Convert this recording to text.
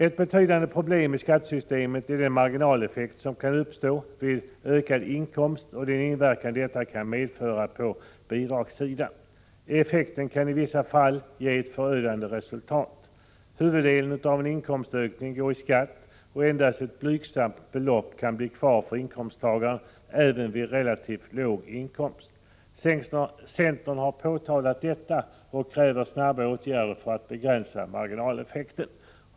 Ett betydande problem i skattesystemet är den marginaleffekt som kan uppstå när inkomsten ökar och den inverkan detta kan medföra på bidragssidan. Effekten kan i vissa fall bli förödande. Huvuddelen av inkomstökningen går i skatt och endast ett blygsamt belopp kan bli kvar för inkomsttagaren, även vid relativt låg inkomst. Centern har påtalat detta och kräver snabba åtgärder för att begränsa marginaleffekten.